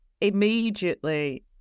immediately